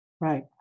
Right